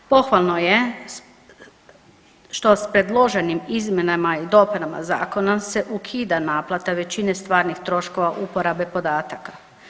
Pohvalno je što s predloženim izmjenama i dopunama zakona se ukida naplata većine stvarnih troškova uporabe podataka.